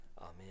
Amen